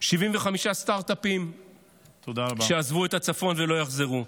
75 סטרטאפים עזבו את הצפון ולא יחזרו.